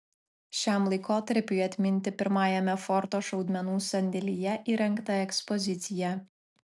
šiam laikotarpiui atminti pirmajame forto šaudmenų sandėlyje įrengta ekspozicija